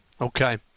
Okay